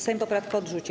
Sejm poprawki odrzucił.